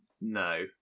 No